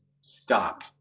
stop